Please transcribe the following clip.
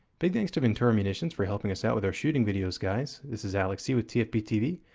big thanks to ventura munitions for helping us out with our shooting videos guys. this is alex c. with tfbtv,